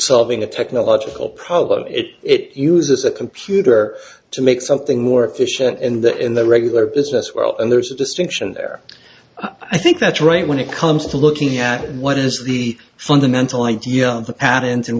solving a technological problem it uses a computer to make something more efficient and that in the regular business world and there's a distinction there i think that's right when it comes to looking at what is the fundamental idea of the patent and